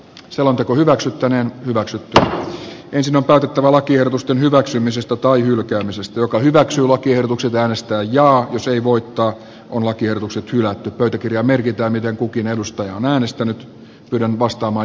selonteko hyväksyttäneen hyväksyttävä ensin otettava lakiehdotusten hyväksymisestä tai hylkäämisestä joka hyväksyy lakiehdotukset äänestää jaa kysyi voitto on lakiehdotukset hylätty pöytäkirjaan merkitään miten kukin edustaja on äänestänyt viron vastaava